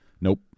nope